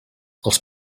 els